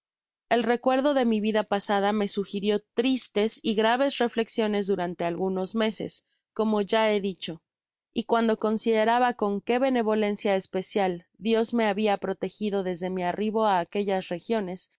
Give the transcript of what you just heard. el recuerdo de mi vida pasada me sugirio tristes y graves reflexiones durante algunos meses como ya he dicho y cuando consideraba con qué benevolencia especial dios me habia protejido desde mi arribo á aquellas regiones